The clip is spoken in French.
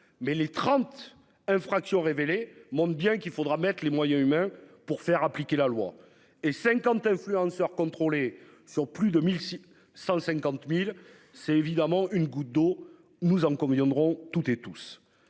mais les 30 infractions révélées montre bien qu'il faudra mettre les moyens humains pour faire appliquer la loi et 50 influenceurs contrôler sur plus de 1150 1000 c'est évidemment une goutte d'eau. Nous en conviendrons toutes et tous.